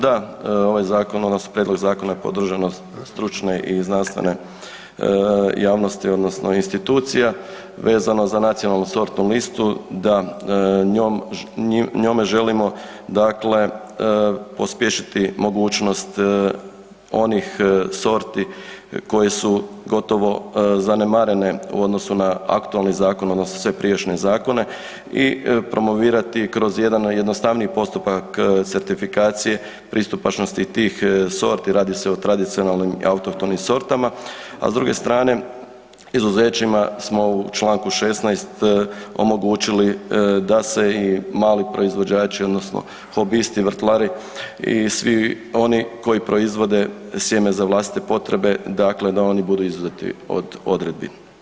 Da, ovaj zakon odnosno prijedlog zakona je podržat od stručne i znanstvene javnosti odnosno institucija, vezano za nacionalnu sortnu listu, da, njome želimo dakle pospješiti mogućnost onih sorti koje su gotovo zanemarene u odnosu na aktualni zakon odnosno sve prijašnje zakone i promovirati kroz jedan jednostavniji postupak certifikacije pristupačnosti tih sorti, radi se o tradicionalnim i autohtonim sortama, a s druge strane, izuzećima smo u čl. 16 omogućili da se i mali proizvođači odnosno hobisti, vrtlari i svi oni koji proizvode sjeme za vlastite potrebe dakle da oni budu izuzeti od odredbi.